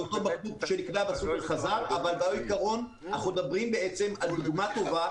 אבל בעיקרון אנחנו מדברים על דוגמה טובה